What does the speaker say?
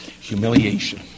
humiliation